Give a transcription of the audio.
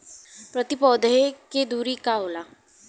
प्रति पौधे के दूरी का होला?